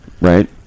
Right